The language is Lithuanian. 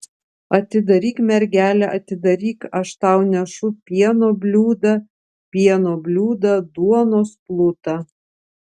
atidaryk mergele atidaryk aš tau nešu pieno bliūdą pieno bliūdą duonos plutą